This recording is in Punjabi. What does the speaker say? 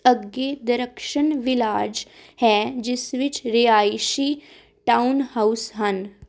ਅੱਗੇ ਦਰਖਸ਼ਨ ਵਿਲਾਜ਼ ਹੈ ਜਿਸ ਵਿੱਚ ਰਿਹਾਇਸ਼ੀ ਟਾਊਨ ਹਾਊਸ ਹਨ